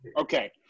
Okay